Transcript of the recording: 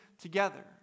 together